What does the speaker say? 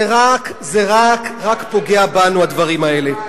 זה רק פוגע בנו, הדברים האלה.